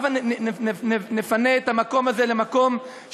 רבותי, הבה נהפוך את היום הזה לעתיד ליום של